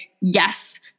yes